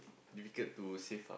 difficult to save up